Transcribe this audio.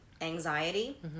anxiety